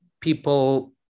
people